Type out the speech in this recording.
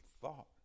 thought